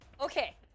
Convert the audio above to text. Okay